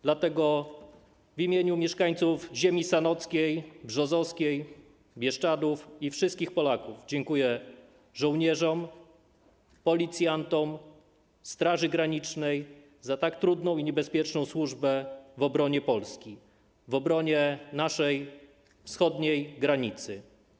Dlatego w imieniu mieszkańców ziemi sanockiej, brzozowskiej, Bieszczadów i wszystkich Polaków dziękuję żołnierzom, policjantom, Straży Granicznej za tak trudną i niebezpieczną służbę w obronie Polski, w obronie naszej wschodniej granicy.